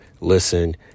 listen